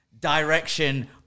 direction